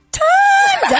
time